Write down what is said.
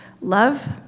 love